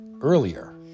earlier